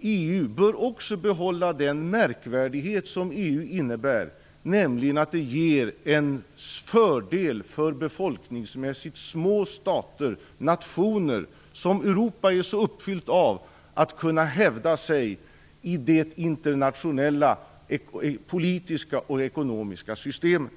EU bör också behålla den märkvärdighet som EU innebär, nämligen att det ger en fördel för de befolkningsmässigt små stater och nationer som Europa är så uppfyllt av att kunna hävda sig i det internationella politiska och ekonomiska systemet.